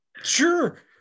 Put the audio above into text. sure